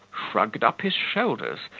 shrugged up his shoulders,